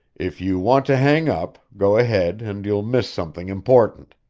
if you want to hang up, go ahead and you'll miss something important.